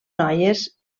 noies